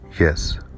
Yes